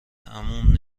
عموم